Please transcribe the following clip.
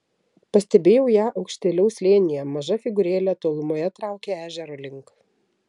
pastebėjau ją aukštėliau slėnyje maža figūrėlė tolumoje traukė ežero link